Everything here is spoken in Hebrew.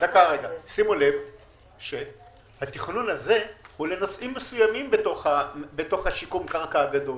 שימו לב שהתכנון הזה הוא לנושאים מסוימים בתוך שיקום הקרקע הגדול.